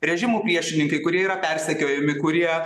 režimo priešininkai kurie yra persekiojami kurie